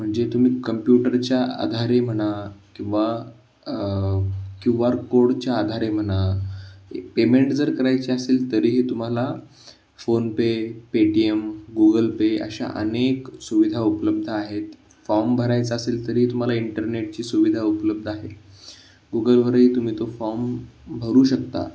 म्हणजे तुम्ही कंप्युटरच्या आधारे म्हणा किंवा क्यू आर कोडच्या आधारे म्हणा पेमेंट जर करायची असेल तरीही तुम्हाला फोनपे पेटीएम गुगल पे अशा अनेक सुविधा उपलब्ध आहेत फॉर्म भरायचा असेल तरीही तुम्हाला इंटरनेटची सुविधा उपलब्ध आहे गुगलवरही तुम्ही तो फॉर्म भरू शकता